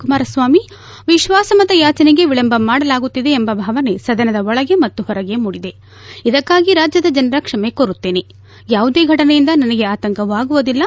ಕುಮಾರಸ್ವಾಮಿ ವಿಶ್ವಾಸಮತ ಯಾಜನೆಗೆ ವಿಳಂಬ ಮಾಡಲಾಗುತ್ತಿದೆ ಎಂಬ ಭಾವನೆ ಸದನದ ಒಳಗೆ ಮತ್ತು ಹೊರಗೆ ಮೂಡಿದೆ ಇದಕ್ಕಾಗಿ ರಾಜ್ಯದ ಜನರ ಕ್ಷಮೆ ಕೋರುತ್ತೇನೆ ಯಾವುದೇ ಘಟನೆಯಿಂದ ನನಗೆ ಆತಂಕವಾಗುವುದಿಲ್ಲ